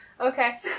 Okay